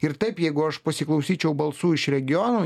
ir taip jeigu aš pasiklausyčiau balsų iš regionų